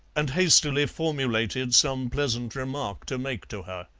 and hastily formulated some pleasant remark to make to her.